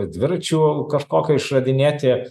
dviračio kažkokio išradinėti